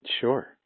sure